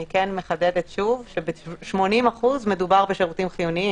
אני כן מחדדת שוב שב-80% מדובר בשירותים חיוניים.